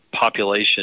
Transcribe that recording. population